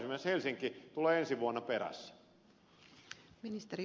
esimerkiksi helsinki tulee ensi vuonna perässä